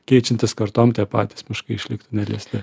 keičiantis kartom tie patys miškai išliktų neliesti